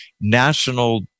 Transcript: National